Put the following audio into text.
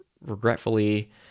regretfully